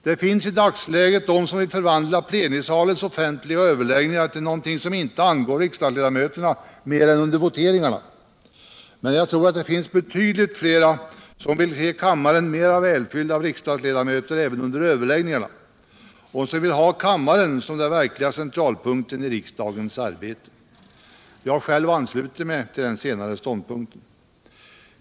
Det finns i dagsläget de som vill förvandla plenisalens offentliga överläggningar till någonting som inte angår frågor på längre Sikt frågor på längre Sikt riksdagsledamöterna mer än under voteringarna, men jag tror det finns betydligt flera som vill se kammaren mera välfylld av riksdagsledamöter även under överläggningarna och som vill ha kammaren som den verkliga centralpunkten i riksdagens arbete. Jag själv ansluter mig till den senare ståndpunkten.